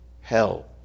hell